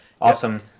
Awesome